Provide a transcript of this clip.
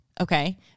Okay